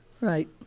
Right